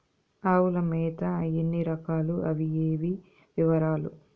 ఆవుల మేత ఎన్ని రకాలు? అవి ఏవి? వివరాలు?